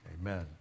Amen